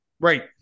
Right